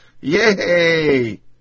Yay